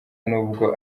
n’ubwo